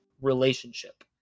relationship